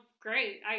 great